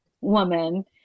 woman